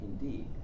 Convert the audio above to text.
indeed